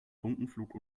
funkenflug